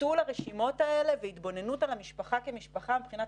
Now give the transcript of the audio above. וביטול הרשימות האלה והתבוננות על המשפחה כמשפחה מבחינת